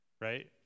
Right